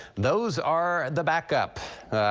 those are the backup.